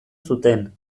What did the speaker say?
zuten